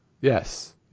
yes